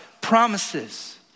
promises